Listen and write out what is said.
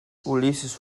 ulises